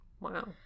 Wow